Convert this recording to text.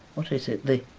what is it, the